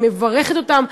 אני מברכת אותם,